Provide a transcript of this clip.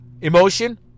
Emotion